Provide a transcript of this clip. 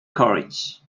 courage